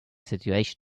situation